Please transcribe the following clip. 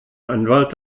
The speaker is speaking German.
anwalt